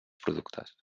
productes